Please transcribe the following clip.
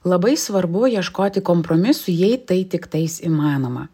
labai svarbu ieškoti kompromisų jei tai tiktais įmanoma